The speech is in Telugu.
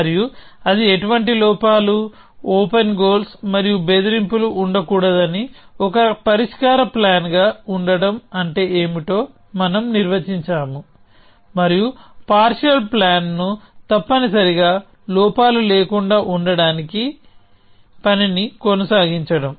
మరియు అది ఎటువంటి లోపాలు ఓపెన్ గోల్స్ మరియు బెదిరింపులు ఉండకూడదని ఒక పరిష్కార ప్లాన్ గా ఉండటం అంటే ఏమిటో మనం నిర్వచించాము మరియు పార్షియల్ ప్లాన్ను తప్పనిసరిగా లోపాలు లేకుండా ఉండటానికి పనిని కొనసాగించడం